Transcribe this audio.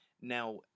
Now